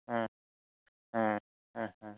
ᱦᱮᱸ ᱦᱮᱸ ᱦᱮᱸ ᱦᱮᱸ